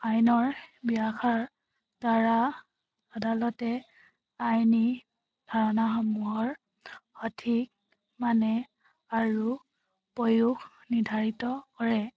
আইনৰ ব্যাখ্যাৰ দ্বাৰা আদালতে আইনী ধাৰণাসমূহৰ সঠিক মানে আৰু প্ৰয়োগ নিৰ্ধাৰিত কৰে